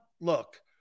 look